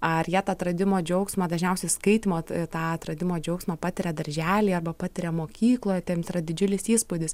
ar jie tą atradimo džiaugsmą dažniausiai skaitymo tą atradimo džiaugsmą patiria darželyje arba patiria mokykloj tai jiems yra didžiulis įspūdis